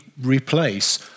replace